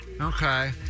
Okay